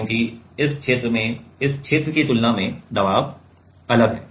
क्योंकि इस क्षेत्र में इस क्षेत्र की तुलना में दबाव अलग है